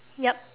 yup